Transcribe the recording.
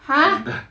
!huh!